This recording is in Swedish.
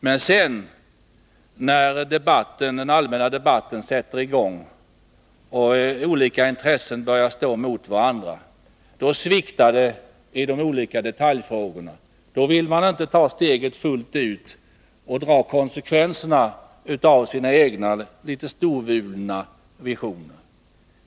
Men när sedan den allmänna debatten sätter i gång och olika intressen börjar stå mot varandra, då sviktar man i de olika detaljfrågorna, då vill man inte ta steget fullt ut och dra konsekvenserna av sina egna storvulna visioner.